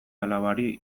alabari